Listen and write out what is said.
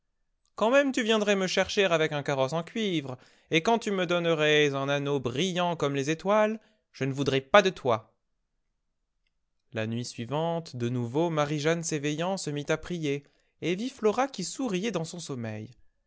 quand même tu viendrais me chercher avec un carrosse en cuivre et quand tu me donnerais un anneau brillant comme les étoiles je ne voudrais pas de toi la nuit suivante de nouveau marie-jeanne s'eveillant se mit à prier et vit flora qui souriait dans son sommeil